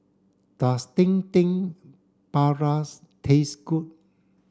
does Dendeng Parus taste good